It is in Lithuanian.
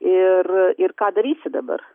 ir ir ką darysi dabar